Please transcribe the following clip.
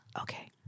Okay